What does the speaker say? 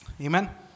Amen